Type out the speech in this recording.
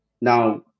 Now